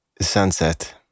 Sunset